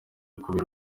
kubera